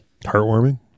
heartwarming